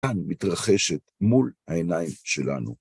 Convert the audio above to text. כאן מתרחשת מול העיניים שלנו.